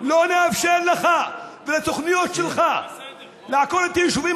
לא נאפשר לך ולתוכניות שלך לעקור את היישובים